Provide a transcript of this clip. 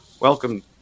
Welcome